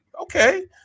okay